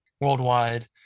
worldwide